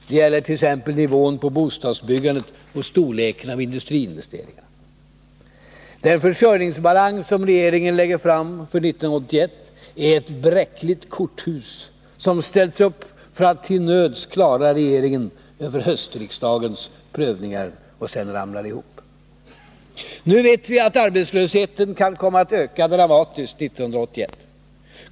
Det gäller t.ex. nivån på bostadsbyggandet och storleken av industriinvesteringarna. Den försörjningsbalans som regeringen lägger fram för 1981 är ett bräckligt korthus som ställs upp för att till nöds klara regeringen över höstriksdagens prövningar men som sedan ramlar ihop. Nu vet vi att arbetslösheten kan komma att öka dramatiskt 1981.